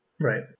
right